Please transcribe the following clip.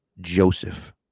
joseph